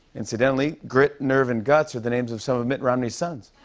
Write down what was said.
incidentally, grit, nerve, and guts are the names of some of mitt romney's sons.